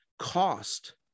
cost